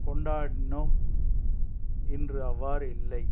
கொண்டாடினோம் இன்று அவ்வாறு இல்லை